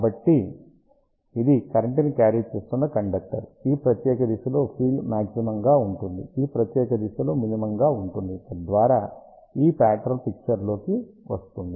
కాబట్టి ఇది కరెంట్ ని క్యారీ చేస్తున్న కండక్టర్ ఈ ప్రత్యేక దిశలో ఫీల్డ్ మాగ్జిమంగా ఉంటుంది ఈ ప్రత్యేక దిశలో మినిమంగా ఉంటుంది తద్వారా ఈ పాట్రన్ పిక్చర్ లోకి వస్తుంది